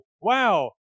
wow